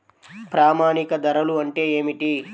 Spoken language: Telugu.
ప్రామాణిక ధరలు అంటే ఏమిటీ?